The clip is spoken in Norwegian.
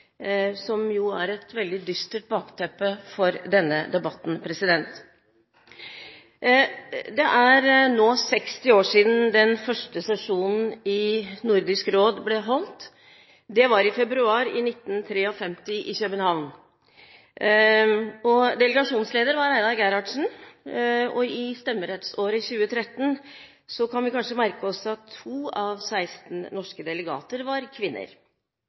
er et veldig dystert bakteppe for denne debatten. Det er nå 60 år siden den første sesjonen i Nordisk råd ble holdt. Det var i februar 1953, i København. Delegasjonsleder var Einar Gerhardsen. I jubileumsåret for stemmeretten i 2013 kan vi kanskje merke oss at 2 av 16 norske delegater var kvinner.